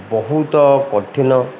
ବହୁତ କଠିନ